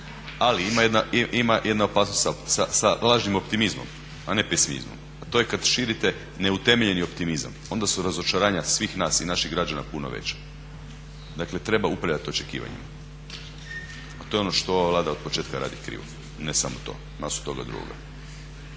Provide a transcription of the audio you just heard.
Ali ima jedna opasnost sa lažnim optimizmom a ne pesimizmom a to je kada širite neutemeljeni optimizam, onda su razočaranja svih nas i naših građana puno veća. Dakle treba upravljati očekivanjima a to je ono što ova Vlada otpočetka radi krivo. I ne samo to, masu toga drugoga